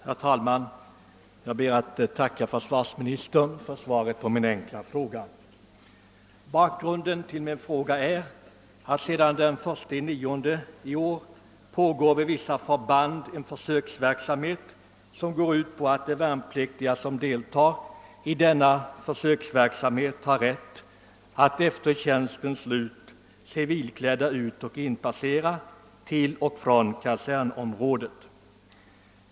Herr talman! Jag ber att få tacka försvarsministern för svaret. Bakgrunden till min fråga är att det vid vissa förband sedan den 1 september i år pågår en försöksverksamhet som går ut på att värnpliktiga som deltar i den har rätt att efter tjänstens slut civilklädda passera till och från kasernområdet.